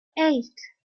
eight